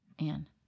Anne